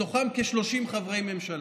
מתוכם כ-30 חברי ממשלה.